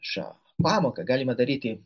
šią pamoką galime daryti